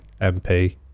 MP